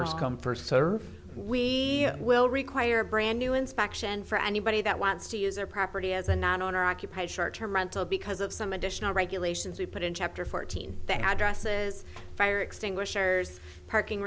first come first serve we will require brand new inspection for anybody that wants to use their property as a non owner occupied short term rental because of some additional regulations we put in chapter fourteen that addresses fire extinguishers parking